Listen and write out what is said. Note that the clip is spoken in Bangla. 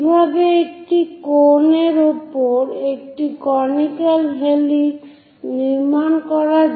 কিভাবে একটি কোন এর উপর একটি কনিক্যাল হেলিক্স নির্মাণ করা যায়